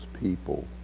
people